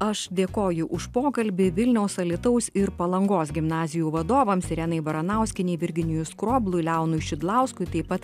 aš dėkoju už pokalbį vilniaus alytaus ir palangos gimnazijų vadovams irenai baranauskienei virginijui skroblui leonui šidlauskui taip pat